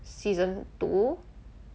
season two